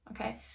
okay